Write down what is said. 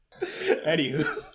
Anywho